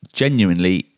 genuinely